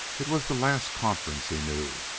it was the last conference, he knew.